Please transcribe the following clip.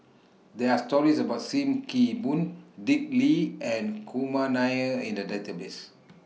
There Are stories about SIM Kee Boon Dick Lee and Kumar Nair in The Database